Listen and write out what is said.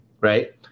right